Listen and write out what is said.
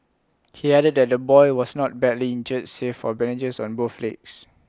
he added that the boy was not badly injured save for bandages on both legs